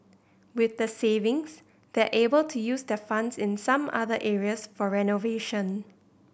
with the savings they're able to use their funds in some other areas for renovation